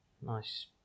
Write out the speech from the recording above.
Nice